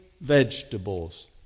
vegetables